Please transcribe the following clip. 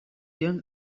young